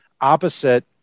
opposite